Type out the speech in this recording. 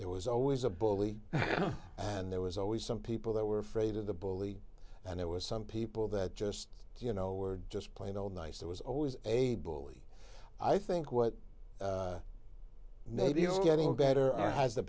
there was always a bully and there was always some people that were afraid of the bully and it was some people that just you know were just plain old nice it was always a bully i think what maybe it's getting better on has the